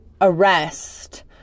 arrest